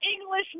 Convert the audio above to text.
English